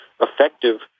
effective